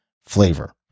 flavor